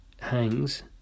hangs